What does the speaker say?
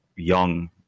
Young